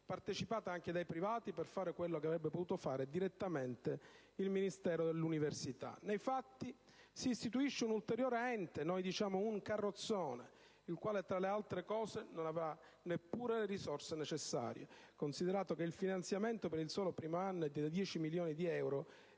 partecipata anche dai privati, per fare quello che avrebbe potuto fare direttamente il Ministero dell'università. Nei fatti si istituisce un ulteriore ente, che noi definiamo carrozzone, il quale, tra le altre cose, non avrà neppure le risorse necessarie, considerato che il finanziamento per il solo primo anno è di 10 milioni di euro